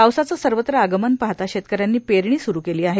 पावसाचं सर्वत्र आगमन पाहता शेतकऱ्यांनी पेरणी स्रू केली आहे